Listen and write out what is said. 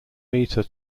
meter